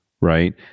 right